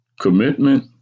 Commitment